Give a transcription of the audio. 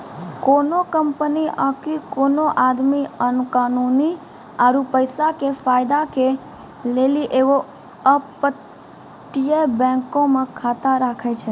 कोनो कंपनी आकि कोनो आदमी कानूनी आरु पैसा के फायदा के लेली एगो अपतटीय बैंको मे खाता राखै छै